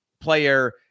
player